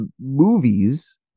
movies